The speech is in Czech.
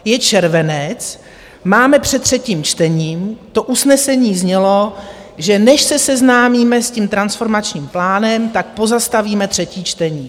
Je červenec, máme před třetím čtením, to usnesení znělo, že než se seznámíme s tím transformačním plánem, tak pozastavíme třetí čtení.